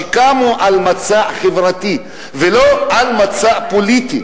שקמו על מצע חברתי ולא על מצע פוליטי.